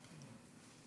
חִנו.